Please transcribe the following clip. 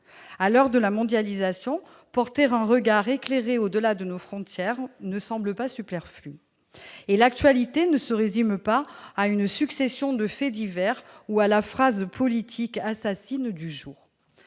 À l'heure de la mondialisation, porter un regard éclairé au-delà de nos frontières ne semble pas superflu. En outre, l'actualité ne se résume pas à une succession de faits divers ou à la phrase politique assassine du jour.